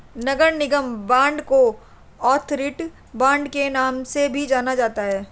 नगर निगम बांड को authority bond के नाम से भी जाना जाता है